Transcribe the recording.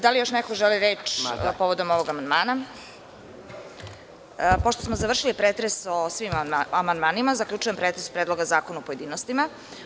Da li još neko želi reč povodom ovog amandmana? (Ne) Pošto smo završili pretres o svim amandmanima, zaključujem pretres Predloga zakona u pojedinostima.